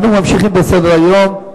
אנחנו ממשיכים בסדר-היום.